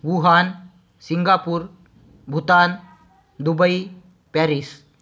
Wuhan Singapore Bhutan Dubai Paris